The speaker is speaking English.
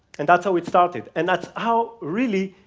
and that's how it started. and that's how, really,